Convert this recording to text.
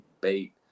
bait